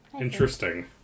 Interesting